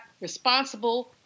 responsible